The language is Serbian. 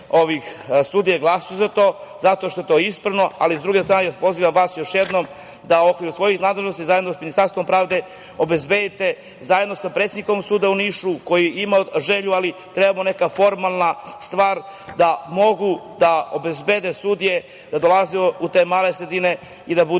ovih sudija, glasaću za to, zato što je to ispravno.S druge strane, pozivam vas, još jednom, da u okviru svojih nadležnosti zajedno sa Ministarstvom pravde obezbedite, zajedno sa predsednikom suda u Nišu, koji ima želju, ali treba mu neka formalna stvar, da mogu da obezbede sudijama da dolaze u te male sredine i da mogu